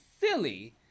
silly